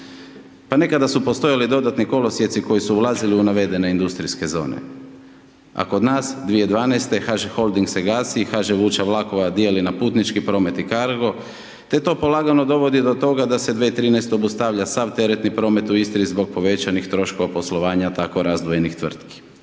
Pa nekada su postojali dodatni kolosijeci, koje su ulazile u navedene industrijske zone, a kod nas 2012. HŽ holding se gasi i HŽ vuča vlakova dijeli na putnički promet …/Govornik se ne razumije./… te to polagano dovodi do toga da se 2013. ovu stavlja sav teretni promet u Istri zbog povećanih troškova poslovanja tako razvijenih tvrtki.